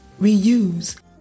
reuse